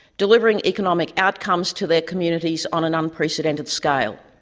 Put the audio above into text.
delivering economic outcomes to their communities on an unprecedented scale.